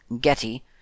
getty